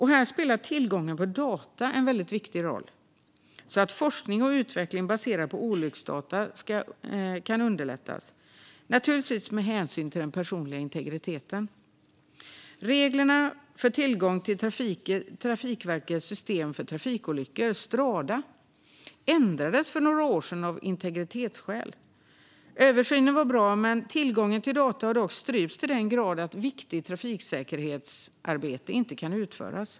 Här spelar tillgången på data en väldigt viktig roll, så att forskning och utveckling baserad på olycksdata kan underlättas. Det ska naturligtvis ske med hänsyn till den personliga integriteten. Reglerna för tillgång till Trafikverkets system för trafikolyckor, Strada, ändrades för några år sedan av integritetsskäl. Översynen var bra, men tillgången till data har dock strypts till den grad att viktigt trafiksäkerhetsarbete inte kan utföras.